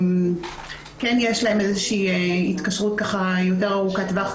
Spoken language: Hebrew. כן יש להן איזושהי התקשרות יותר ארוכת טווח,